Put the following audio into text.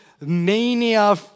Mania